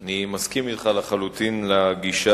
אני מסכים אתך לחלוטין על הגישה,